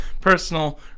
personal